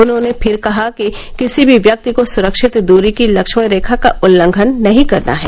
उन्होंने फिर कहा कि किसी भी व्यक्ति को सुरक्षित दूरी की लक्ष्मण रेखा का उल्लंघन नहीं करना है